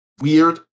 weird